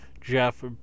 jeff